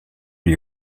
die